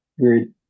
Great